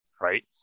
right